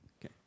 Okay